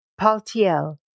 Paltiel